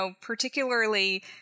particularly